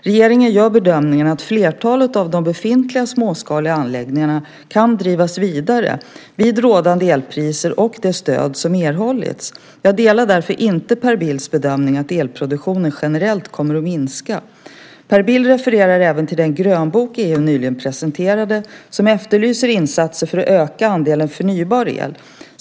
Regeringen gör bedömningen att flertalet av de befintliga småskaliga anläggningarna kan drivas vidare vid rådande elpriser och det stöd som erhållits. Jag delar därför inte Per Bills bedömning att elproduktionen generellt kommer att minska. Per Bill refererar även till den grönbok EU nyligen presenterade, som efterlyser insatser för att öka andelen förnybar el.